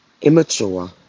immature